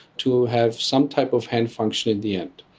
to have some type of hand function in the end.